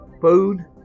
food